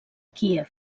kíev